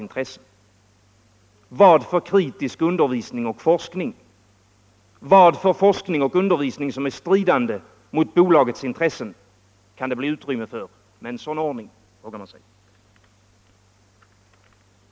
Blir det kritisk undervisning och forskning? Kan det bli utrymme för en forskning som strider mot bolagets intressen med en sådan här ordning?